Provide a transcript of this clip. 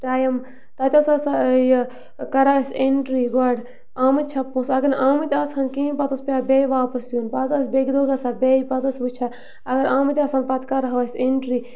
time تَتہِ اوس آسان یہِ کران أسۍ اٮ۪نٛٹِرٛی گۄڈٕ آمٕتۍ چھےٚ پونٛسہٕ اگر نہٕ آمٕتۍ آسہٕ ہَن کِہیٖنۍ پَتہٕ اوس پٮ۪وان بیٚیہِ واپَس یُن پَتہٕ ٲسۍ بیٚکہِ دۄہ گژھان بیٚیہِ پَتہٕ ٲسۍ وٕچھان اگر آمٕتۍ آسہٕ ہَن پَتہٕ کَرہو أسۍ اٮ۪نٛٹِرٛی